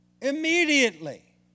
Immediately